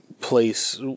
place